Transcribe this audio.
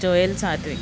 Joel Sadvik